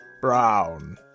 brown